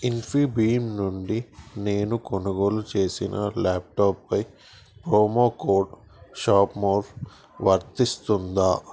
ఇన్ఫిభీమ్ నుండి నేను కొనుగోలు చేసిన ల్యాప్టాప్ పై ప్రోమో కోడ్ షాప్ మోర్ వర్తిస్తుందా